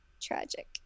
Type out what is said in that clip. Tragic